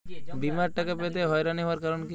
বিমার টাকা পেতে হয়রানি হওয়ার কারণ কি?